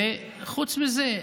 וחוץ מזה,